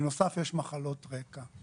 בנוסף יש מחלות רקע.